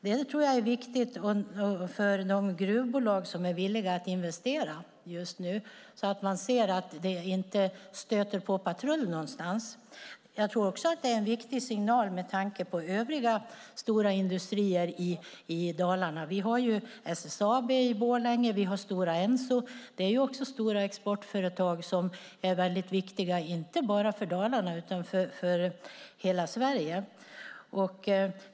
Det tror jag är viktigt för de gruvbolag som är villiga att investera just nu, så att de ser att det inte stöter på patrull någonstans. Jag tror också att det är en viktig signal med tanke på övriga stora industrier i Dalarna. Vi har ju SSAB i Borlänge, och vi har stora Enso. Det är också stora exportföretag som är väldigt viktiga, inte bara för Dalarna utan för hela Sverige.